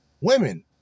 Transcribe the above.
women